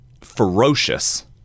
ferocious